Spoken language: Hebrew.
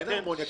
אין הרמוניה,